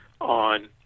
on